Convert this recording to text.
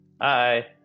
Hi